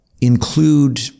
include